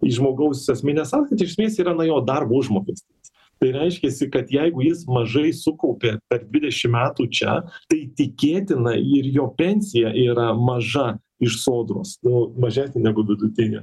į žmogaus asmeninę saskaitą iš esmės yra na jo darbo užmokestis tai reiškiasi kad jeigu jis mažai sukaupė per dvidešim metų čia tai tikėtina ir jo pensija yra maža iš sodros nu mažesnė negu vidutinė